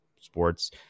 Sports